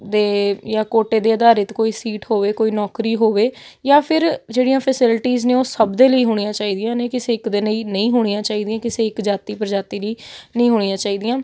ਦੇ ਜਾਂ ਕੋਟੇ ਦੇ ਅਧਾਰਿਤ ਕੋਈ ਸੀਟ ਹੋਵੇ ਕੋਈ ਨੌਕਰੀ ਹੋਵੇ ਜਾਂ ਫਿਰ ਜਿਹੜੀਆਂ ਫਸਿਲਿਟੀਜ਼ ਨੇ ਉਹ ਸਭ ਦੇ ਲਈ ਹੋਣੀਆਂ ਚਾਹੀਦੀਆਂ ਨੇ ਕਿਸੇ ਇੱਕ ਦੇ ਲਈ ਇਹ ਨਹੀਂ ਹੋਣੀਆਂ ਚਾਹੀਦੀਆਂ ਕਿਸੇ ਇੱਕ ਜਾਤੀ ਪ੍ਰਜਾਤੀ ਲਈ ਨਹੀਂ ਹੋਣੀਆਂ ਚਾਹੀਦੀਆਂ